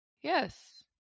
Yes